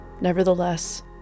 Nevertheless